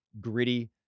gritty